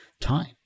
time